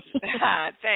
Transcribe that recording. Thanks